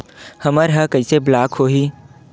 हमर ह कइसे ब्लॉक होही?